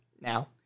now